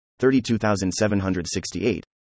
32768